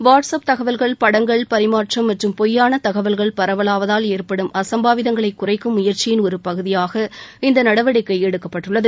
WhatsApp தகவல்கள் படங்கள் பரிமாற்றம் மற்றும் பொய்யான தகவல்கள் பரவலாவதால் ஏற்படும் அசம்பாவிதங்களை குறைக்கும் முயற்சியின் ஒரு பகுதியாக இந்த நடவடிக்கை எடுக்கப்பட்டுள்ளது